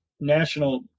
national